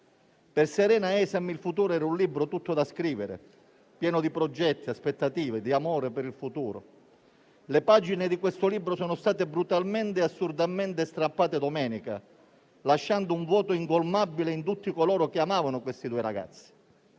Per Serena e Hesam il futuro era un libro tutto da scrivere, pieno di progetti, aspettative, di amore per il futuro. Le pagine di questo libro sono state brutalmente e assurdamente strappate domenica, lasciando un vuoto incolmabile in tutti coloro che amavano questi due ragazzi.